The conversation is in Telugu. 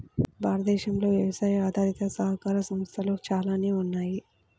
భారతదేశంలో వ్యవసాయ ఆధారిత సహకార సంస్థలు చాలానే ఉన్నాయి